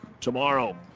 tomorrow